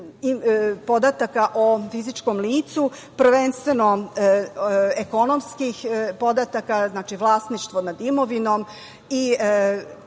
podataka o fizičkom licu, prvenstveno ekonomskih, znači vlasništvo nad imovinom i